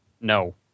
No